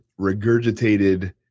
regurgitated